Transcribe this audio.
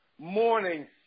Morning